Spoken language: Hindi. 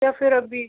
या फिर अभी